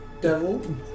devil